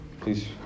please